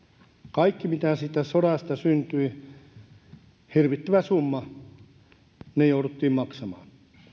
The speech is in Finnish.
kaikki mitä siitä sodasta syntyi hirvittävä summa jouduttiin maksamaan